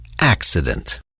accident